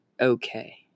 okay